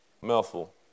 Mouthful